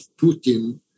Putin